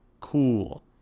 cool